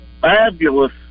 fabulous